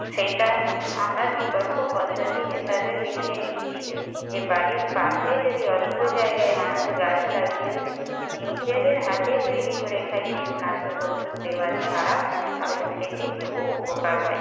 সেটা আমরা বিকল্প পদ্ধতি হিসাবে বেছে নিচ্ছি যে বাড়ির পাশে যদি অল্প জায়গায় মানুষ গাছ লাগিয়ে নিজেদের হাতে তৈরি করে খায় কীটনাশক ওষুধ দেওয়া ছাড়া তাহলে সেটি খুব উপকার হয়